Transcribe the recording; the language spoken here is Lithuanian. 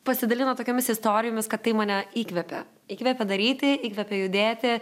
pasidalino tokiomis istorijomis kad tai mane įkvepia įkvepia daryti įkvepia judėti